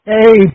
Hey